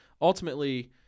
ultimately